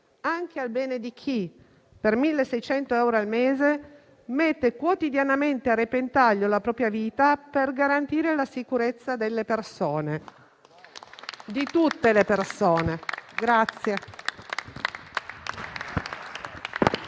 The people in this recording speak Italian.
anche a quello di chi, per 1.600 euro al mese, mette quotidianamente a repentaglio la propria vita per garantire la sicurezza di tutte le persone.